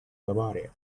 bavaria